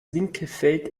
winkelfeld